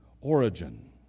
origin